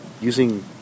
Using